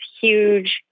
huge